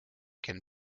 can